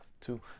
Two